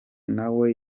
nawe